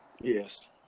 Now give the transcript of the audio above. Yes